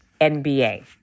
NBA